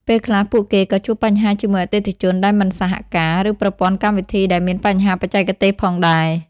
ពេលខ្លះពួកគេក៏ជួបបញ្ហាជាមួយអតិថិជនដែលមិនសហការ ឬប្រព័ន្ធកម្មវិធីដែលមានបញ្ហាបច្ចេកទេសផងដែរ។